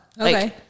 Okay